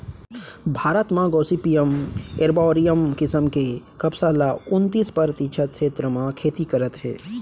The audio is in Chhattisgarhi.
भारत म गोसिपीयम एरबॉरियम किसम के कपसा ल उन्तीस परतिसत छेत्र म खेती करत हें